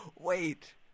Wait